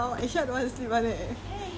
!hey! !hey! !hey!